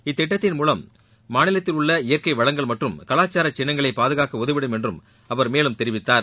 இத்திட்டத்தின் மூலம் மாநிலத்தில் உள்ள இயற்கை வளங்கள் மற்றும் கலாச்சார சின்னங்களை பாதுகாக்க உதவிடும் என்றும் அவர் தெரிவித்தார்